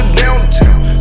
downtown